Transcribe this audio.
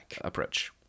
approach